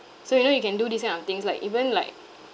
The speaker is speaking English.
so you know you can do this kind of things like even like